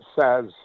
says